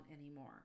anymore